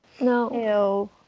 no